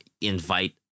invite